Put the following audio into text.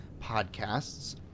podcasts